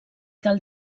del